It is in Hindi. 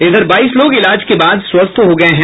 इधर बाईस लोग इलाज के बाद स्वस्थ हो गये हैं